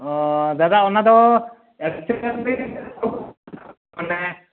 ᱫᱟᱫᱟ ᱚᱱᱟ ᱫᱚ ᱮᱠᱪᱩᱭᱮᱞᱤ ᱢᱟᱱᱮ